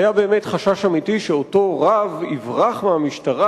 היה באמת חשש אמיתי שאותו רב יברח מהמשטרה.